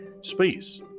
space